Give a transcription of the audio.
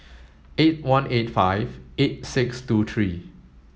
eight one eight five eight six two three